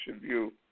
view